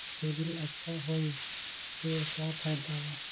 CIBIL अच्छा होऐ से का फायदा बा?